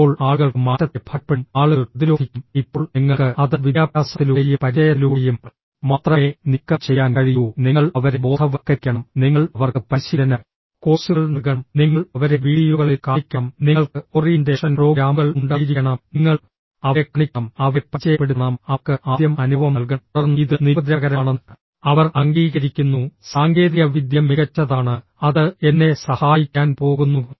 ഇപ്പോൾ ആളുകൾക്ക് മാറ്റത്തെ ഭയപ്പെടും ആളുകൾ പ്രതിരോധിക്കും ഇപ്പോൾ നിങ്ങൾക്ക് അത് വിദ്യാഭ്യാസത്തിലൂടെയും പരിചയത്തിലൂടെയും മാത്രമേ നീക്കം ചെയ്യാൻ കഴിയൂ നിങ്ങൾ അവരെ ബോധവൽക്കരിക്കണം നിങ്ങൾ അവർക്ക് പരിശീലന കോഴ്സുകൾ നൽകണം നിങ്ങൾ അവരെ വീഡിയോകളിൽ കാണിക്കണം നിങ്ങൾക്ക് ഓറിയന്റേഷൻ പ്രോഗ്രാമുകൾ ഉണ്ടായിരിക്കണം നിങ്ങൾ അവരെ കാണിക്കണം അവരെ പരിചയപ്പെടുത്തണം അവർക്ക് ആദ്യം അനുഭവം നൽകണം തുടർന്ന് ഇത് നിരുപദ്രവകരമാണെന്ന് അവർ അംഗീകരിക്കുന്നു സാങ്കേതികവിദ്യ മികച്ചതാണ് അത് എന്നെ സഹായിക്കാൻ പോകുന്നു